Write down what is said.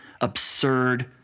absurd